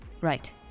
Right